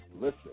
listen